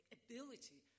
ability